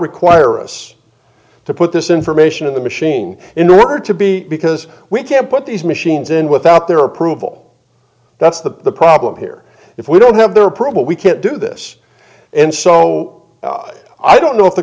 require us to put this information in the machine in order to be because we can't put these machines in without their approval that's the problem here if we don't have their problem we can't do this and so i don't know if the